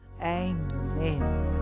Amen